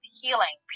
healing